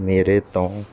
ਮੇਰੇ ਤੋਂ